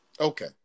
okay